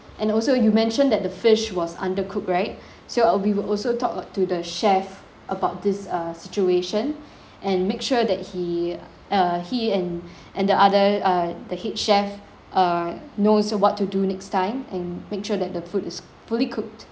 and also you mentioned that the fish was undercooked right so uh we will also talk uh to the chef about this uh situation and make sure that he uh he and and the other uh the head chef uh knows what to do next time and make sure that the food is fully cooked